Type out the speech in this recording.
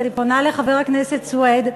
אני פונה לחבר הכנסת סוייד.